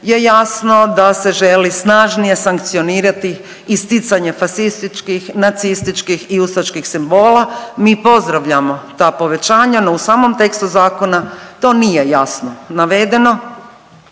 je jasno da se želi snažnije sankcioniranje isticanje fasističkih, nacističkih i ustaških simbola. Mi pozdravljamo ta povećanja, no u samom tekstu zakona to nije jasno navedeno,